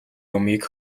юмыг